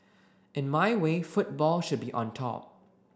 in my way football should be on top